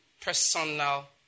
personal